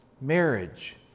marriage